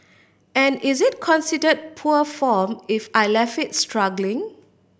and is it consider poor form if I left it struggling